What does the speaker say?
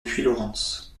puylaurens